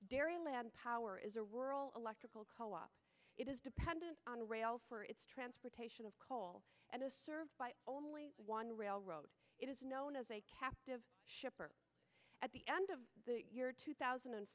dairyland power is a rural electrical co op it is dependent on rail for its transportation of coal and is served by only one railroad it is known as a captive shipper at the end of the year two thousand and